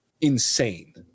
insane